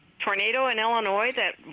tornado in illinois, it